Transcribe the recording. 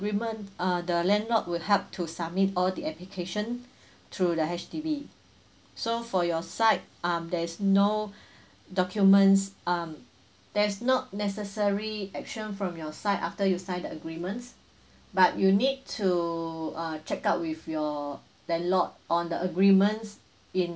agreement uh the landlord will help to submit all the application through the H_D_B so for your side um there's no documents um there's not necessary action from your side after you sign the agreement but you need to uh check out with your landlord on the agreements in